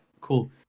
cool